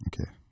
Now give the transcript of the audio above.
Okay